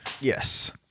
Yes